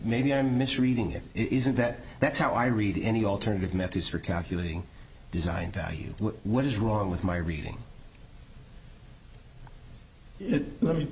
maybe i'm misreading it isn't that that's how i read any alternative methods for calculating design value what is wrong with my reading it let me